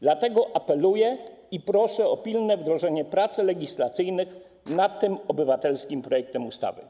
Dlatego apeluję i proszę o pilne wdrożenie prac legislacyjnych nad tym obywatelskim projektem ustawy.